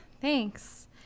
Thanks